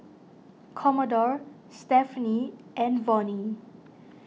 Commodore Stephaine and Vonnie